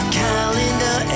calendar